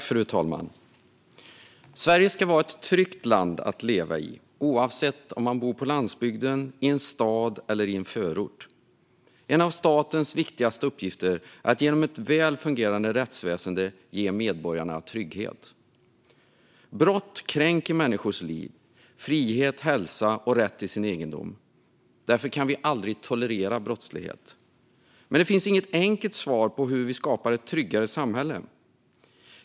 Fru talman! Sverige ska vara ett tryggt land att leva i, oavsett om man bor på landsbygden, i en stad eller i en förort. En av statens viktigaste uppgifter är att genom ett väl fungerande rättsväsen ge medborgarna trygghet. Brott kränker människors liv, frihet, hälsa och rätt till sin egendom. Därför kan vi aldrig tolerera brottslighet. Men det finns inget enkelt svar på hur vi skapar ett tryggare samhälle.